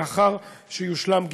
לאחר שיושלם גיבושה.